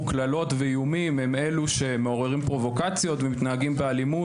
קללות ואיומים הם אלו שמעוררים פרובוקציות ומתנהגים באלימות,